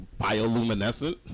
bioluminescent